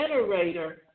generator